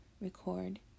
record